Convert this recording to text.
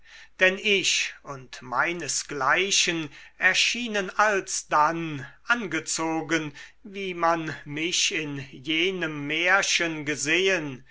denn ich und meinesgleichen erschienen alsdann angezogen wie man mich in jenem märchen gesehen